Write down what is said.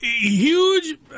Huge